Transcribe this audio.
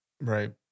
Right